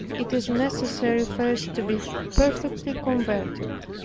it is necessary first to be perfectly converted.